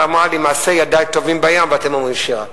והיא אמרה לי: מעשה ידי טובעים בים ואתם אומרים שירה?